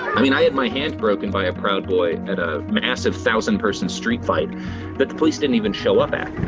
i mean, i had my hand broken by a proud boy at a massive thousand-person street fight that the police didn't even show up at.